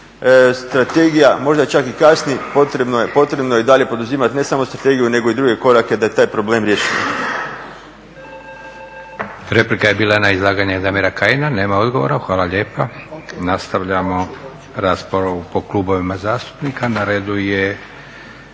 Strategija možda čak i kasni, potrebno je i dalje poduzimati ne samo strategiju nego i druge korake da taj problem riješimo. **Leko, Josip (SDP)** Replika je bila na izlaganje Damira Kajina. Nema odgovora. Hvala lijepa. Nastavljamo raspravu po klubovima zastupnika. Na redu je